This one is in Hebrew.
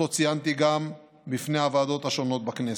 שציינתי גם בפני הוועדות השונות בכנסת: